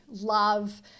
love